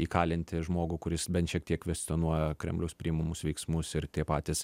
įkalinti žmogų kuris bent šiek tiek kvestionuoja kremliaus priimamus veiksmus ir tie patys